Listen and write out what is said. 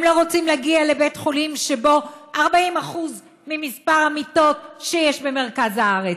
הם לא רוצים להגיע לבית-חולים שבו 40% ממספר המיטות שיש במרכז הארץ,